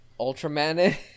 Ultraman